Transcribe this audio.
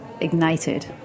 ignited